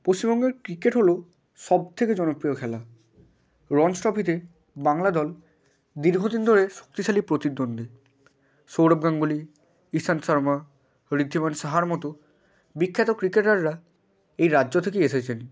পশ্চিমবঙ্গে ক্রিকেট হল সব থেকে জনপ্রিয় খেলা রঞ্জি ট্রফিতে বাংলা দল দীর্ঘ দিন ধরে শক্তিশালী প্রতিদ্বন্দ্বী সৌরভ গাঙ্গুলি ইশান্ত শর্মা ঋদ্ধিমান সাহার মতো বিখ্যাত ক্রিকেটাররা এই রাজ্য থেকে এসেছেন